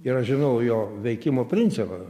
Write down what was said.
ir aš žinau jo veikimo principą